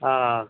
ହଁ